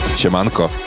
siemanko